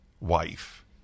wife